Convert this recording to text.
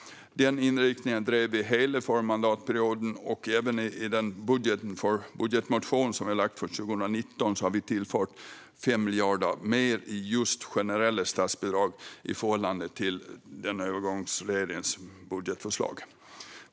Den inriktningen drev Centerpartiet hela förra mandatperioden och även i vår budgetmotion för 2019. Där har vi tillfört 5 miljarder mer i just generella statsbidrag, i förhållande till övergångsregeringens budgetproposition.